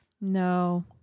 No